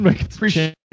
Appreciate